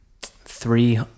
three